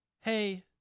Hey